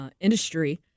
industry